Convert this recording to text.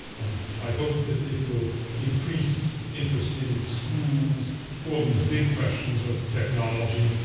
um i hope that it will increase interest in schools for these big questions of technology,